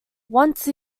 once